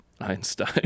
einstein